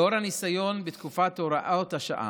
לאור הניסיון בתקופת הוראת השעה,